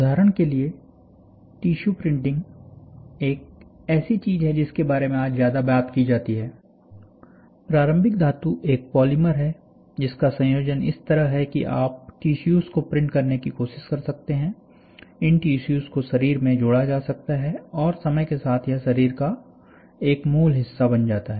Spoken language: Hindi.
उदाहरण के लिए टिश्यू प्रिंटिंग एक ऐसी चीज है जिसके बारे में आज ज्यादा बात की जाती है प्रारंभिक धातु एक पॉलीमर है जिसका संयोजन इस तरह है कि आप टिश्यूस को प्रिंट करने की कोशिश कर सकते हैं इन टिश्यूस को शरीर में जोड़ा जा सकता है और समय के साथ यह शरीर का एक मूल हिस्सा बन जाता है